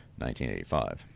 1985